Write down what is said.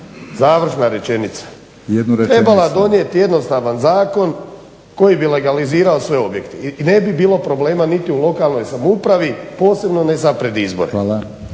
završna rečenica. Trebala donijeti jednostavan zakon koji bi legalizirao sve objekte i ne bi bilo problema niti u lokalnoj samoupravi posebno ne sad pred izbore.